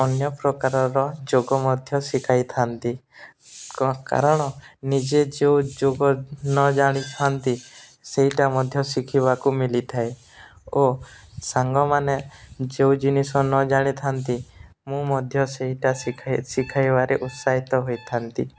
ଅନ୍ୟ ପ୍ରକାରର ଯୋଗ ମଧ୍ୟ ଶିଖାଇଥାନ୍ତି କାରଣ ନିଜେ ଯେଉଁ ଯୋଗ ନ ଜାଣିଥାନ୍ତି ସେଇଟା ମଧ୍ୟ ଶିଖିବାକୁ ମିଳିଥାଏ ଓ ସାଙ୍ଗମାନେ ଯେଉଁ ଜିନିଷ ନ ଜାଣିଥାନ୍ତି ମୁଁ ମଧ୍ୟ ସେଇଟା ଶିଖାଇ ଶିଖାଇବାରେ ଉତ୍ସାହିତ ହୋଇଥାନ୍ତି